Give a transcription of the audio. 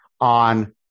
on